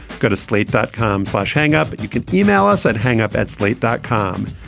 go to slate dot com flash hang-up. you can email us at hang-up at slate dot com.